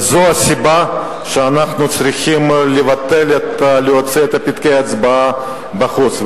וזו הסיבה לכך שאנחנו צריכים להוציא את פתקי ההצבעה בחוץ.